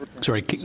Sorry